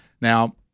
Now